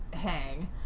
hang